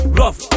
rough